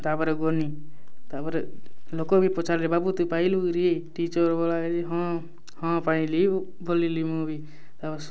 ତା'ର୍ପରେ ଗଲି ତା'ର୍ପରେ ଲୋକ୍ ବି ପଚାରିଲେ ବାବୁ ତୁ ପାଇଲୁ କିରେ ଟିଚର୍ ବୋଏଲା କେ'ଯେ ହଁ ହଁ ପାଇଲି ବୋଲ୍ଲି ମୁଁ ବି